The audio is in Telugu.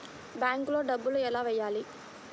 బ్యాంక్లో డబ్బులు ఎలా వెయ్యాలి?